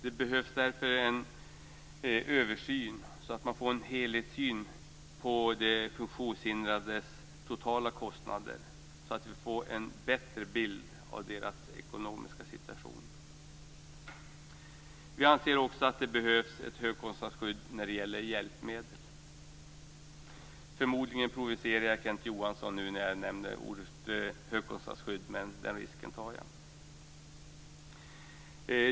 Det behövs därför en översyn så att man får en helhetssyn på de funktionshindrades totala kostnader så att vi får en bättre bild av deras ekonomiska situation. Vi anser också att det behövs ett högkostnadsskydd för hjälpmedel. Förmodligen provocerar jag nu Kenneth Johansson när jag nämner ordet högkostnadsskydd, men den risken tar jag.